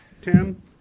Tim